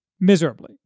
Miserably